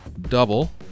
double